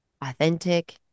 authentic